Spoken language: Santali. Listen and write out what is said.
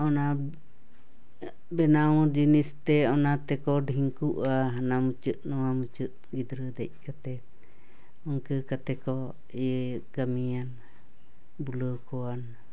ᱚᱱᱟ ᱵᱮᱱᱟᱣ ᱡᱤᱱᱤᱥ ᱛᱮ ᱚᱱᱟ ᱛᱮᱠᱚ ᱰᱷᱤᱝᱠᱩᱜᱼᱟ ᱦᱟᱱᱟ ᱢᱩᱪᱟᱹᱫ ᱱᱚᱣᱟ ᱢᱩᱫᱟᱹᱫ ᱜᱤᱫᱹᱨᱟᱹ ᱫᱮᱡ ᱠᱟᱛᱮ ᱤᱱᱠᱟᱹ ᱠᱟᱛᱮ ᱠᱚ ᱤᱭᱟᱹ ᱠᱟᱹᱢᱤᱭᱟ ᱵᱩᱞᱟᱹᱣ ᱠᱚᱣᱟ